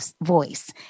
voice